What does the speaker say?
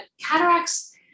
cataracts